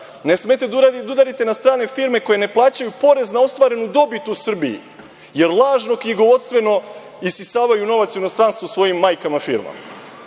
ne smete da udarite na strane firme koje ne plaćaju porez na ostvarenu dobit u Srbiji jer lažno knjigovodstveno isisavaju novac u inostranstvo svojim majkama firmama.